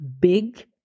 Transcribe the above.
big